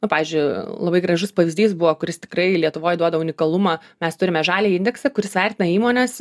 na pavyzdžiui labai gražus pavyzdys buvo kuris tikrai lietuvoj duoda unikalumą mes turime žaliąjį indeksą kuris vertina įmonės